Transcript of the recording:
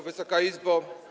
Wysoka Izbo!